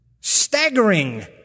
Staggering